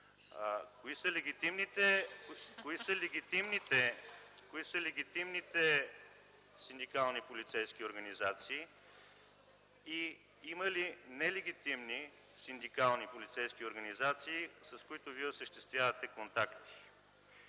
Кои са легитимните синдикални полицейски организации и има ли нелегитимни синдикални полицейски организации, с които Вие осъществявате контакти?